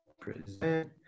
Present